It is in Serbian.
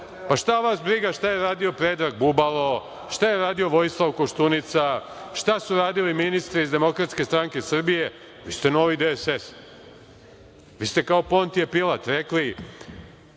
Šta vas briga šta je radio Predrag Bubalo, šta je radio Vojislav Koštunica, šta su radili ministri iz Demokratske stranke Srbije, vi ste Novi DSS. Vi ste kao Pontije Pilat rekli